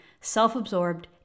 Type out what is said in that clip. Self-absorbed